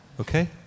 Okay